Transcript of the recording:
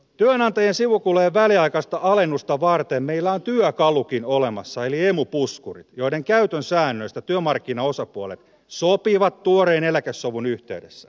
työnantajien sivukulujen väliaikaista alennusta varten meillä on työkalukin olemassa eli emu puskurit joiden käytön säännöistä työmarkkinaosapuolet sopivat tuoreen eläkesovun yhteydessä